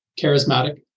charismatic